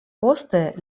poste